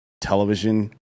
television